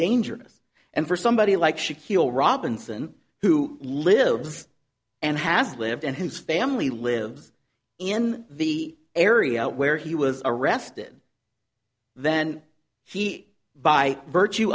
dangerous and for somebody like shaquille robinson who lives and has lived and his family lives in the area where he was arrested then he by virtue